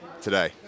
today